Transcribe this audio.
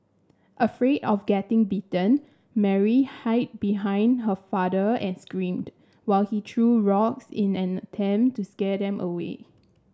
afraid of getting bitten Mary hide behind her father and screamed while he threw rocks in an attempt to scare them away